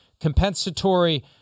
compensatory